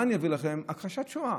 כדוגמה אני אביא לכם הכחשת שואה.